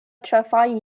ĉefaj